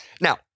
Now